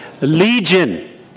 legion